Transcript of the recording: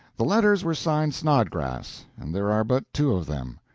the letters were signed snodgrass, and there are but two of them.